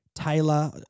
Taylor